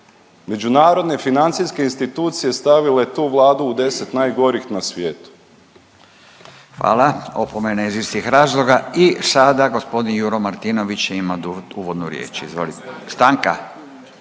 Međunarodne financijske institucije stavile tu Vladu u 10 najgorih na svijetu. **Radin, Furio (Nezavisni)** Hvala. Opomena iz istih razloga. I sada gospodin Juro Martinović ima uvodnu riječ. Stanka?